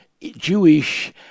Jewish